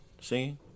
singing